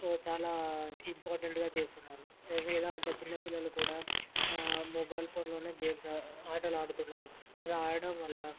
చాలా ఇంపార్టెంట్గా చేస్తున్నారు ఎలా అంటే చిన్న పిల్లలు కూడా మొబైల్ ఫోన్స్లోనే గేమ్స్ ఆటలు ఆడుతున్నారు అలా ఆడటం వల్ల